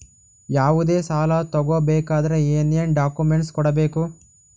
ಯಾವುದೇ ಸಾಲ ತಗೊ ಬೇಕಾದ್ರೆ ಏನೇನ್ ಡಾಕ್ಯೂಮೆಂಟ್ಸ್ ಕೊಡಬೇಕು?